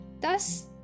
Thus